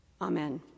Amen